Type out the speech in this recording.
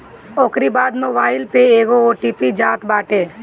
ओकरी बाद मोबाईल पे एगो ओ.टी.पी जात बाटे